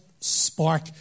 spark